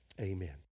Amen